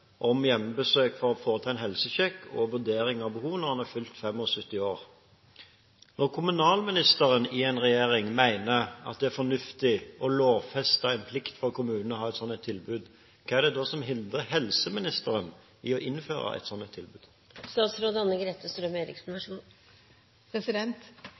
om hjemmebesøk for å foreta en helsesjekk og vurdering av behov når en er fylt 75 år. Når kommunalministeren i en regjering mener at det er fornuftig å lovfeste en plikt for kommunene til å ha et sånt tilbud, hva er det da som hindrer helseministeren i å innføre